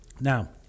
Now